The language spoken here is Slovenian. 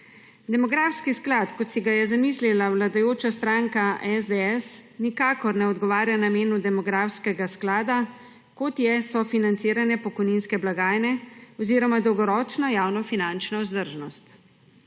Demografski sklad, kot si ga je zamislila vladajoča stranka SDS, nikakor ne odgovarja namenu demografskega sklada, kot je sofinanciranje pokojninske blagajne oziroma dolgoročna javnofinančna vzdržnost.